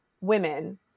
women